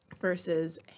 versus